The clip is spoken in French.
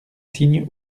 signe